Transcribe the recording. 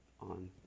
on